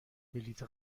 بلیط